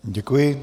Děkuji.